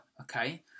okay